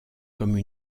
comme